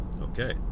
okay